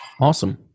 Awesome